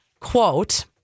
Quote